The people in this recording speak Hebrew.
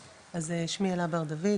שמי אלה בר דוד,